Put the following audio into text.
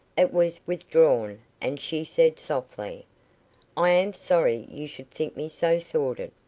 it was withdrawn, and she said softly i am sorry you should think me so sordid.